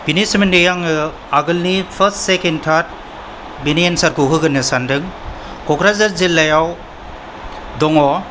बिनि सोमोनदै आङो आगोलनि फार्स्ट सेकेन्ड टार्ड बिनि एनसारखौ होगोरनो सानदों ककराझार जिल्लायाव दङ